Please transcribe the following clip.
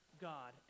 God